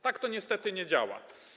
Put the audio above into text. Tak to niestety nie działa.